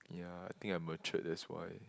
ya I think I matured that's why